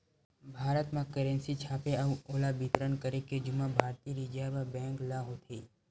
भारत म करेंसी छापे अउ ओला बितरन करे के जुम्मा भारतीय रिजर्व बेंक ल होथे